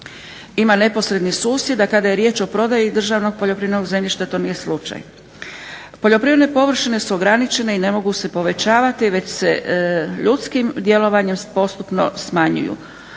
ima neposredni susjed, a kada je riječ o prodaji državnog poljoprivrednog zemljišta to nije slučaj. Poljoprivredne površine su ograničene i ne mogu se povećavati već se ljudskim djelovanjem postupno smanjuju.